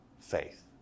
faith